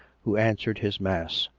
who answered his mass,